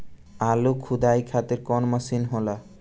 आलू खुदाई खातिर कवन मशीन होला?